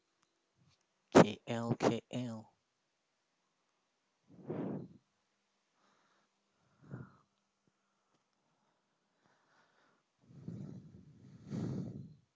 K_L K_L